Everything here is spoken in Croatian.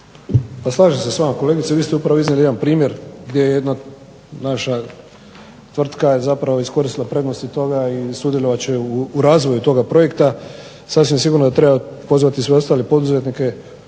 Pa slažem se sa vama kolegice. Vi ste upravo iznijeli jedan primjer gdje je jedna naša tvrtka zapravo iskoristila prednosti toga i sudjelovat će u razvoju toga projekta. Sasvim sigurno da treba pozvati i sve ostale poduzetnike